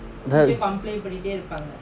that